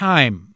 Time